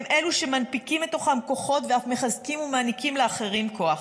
הם אלו שמנפיקים מתוכם כוחות ואף מחזקים ומעניקים לאחרים כוח.